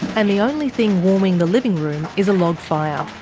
and the only thing warming the living room is a log fire.